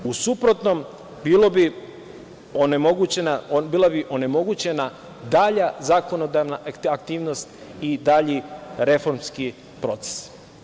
U suprotnom bila bi onemogućena dalje zakonodavna aktivnost i dalji reformski proces.